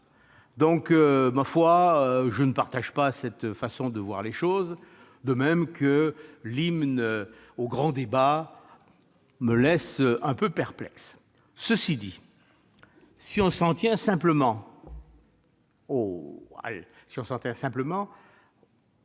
Pour ma part, je ne partage pas cette façon de voir les choses, de même que l'hymne au grand débat me laisse quelque peu perplexe. Cela dit, si l'on s'en tient simplement